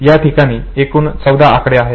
या ठिकाणी एकूण 14 आकडे आहेत